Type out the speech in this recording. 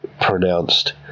pronounced